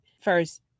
first